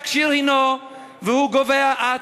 רק שיר הִנו / והוא גובה אט,